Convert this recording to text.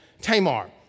Tamar